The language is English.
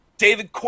David